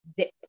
zip